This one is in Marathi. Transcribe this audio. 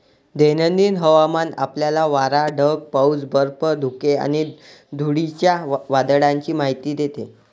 दैनंदिन हवामान आपल्याला वारा, ढग, पाऊस, बर्फ, धुके आणि धुळीच्या वादळाची माहिती देते